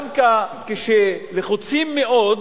דווקא כשלחוצים מאוד,